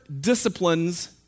disciplines